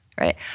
right